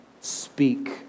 speak